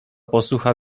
posucha